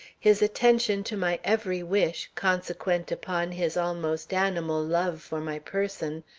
his attention to my every wish, consequent upon his almost animal love for my person,